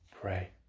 pray